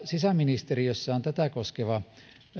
sisäministeriössä on tätä koskeva